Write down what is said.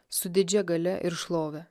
su didžia galia ir šlove